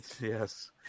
Yes